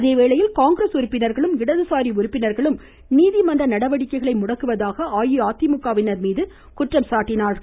அதேவேளையில் காங்கிரஸ் உறுப்பினர்களும் இடதுசாரி உறுப்பினர்களும் நீதிமன்ற நடவடிக்கைகளை முடக்குவதாக அஇஅதிமுக வினர் மீது குற்றம் சாட்டினார்கள்